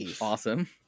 awesome